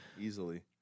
Easily